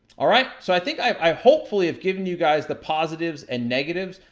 all right, so i think i hopefully have given you guys the positives and negatives.